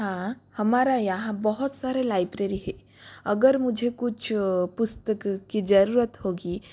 हाँ हमारे यहाँ बहुत सारे लाइब्रेरी हैं अगर मुझे कुछ पुस्तक की ज़रूरत होगी